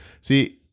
See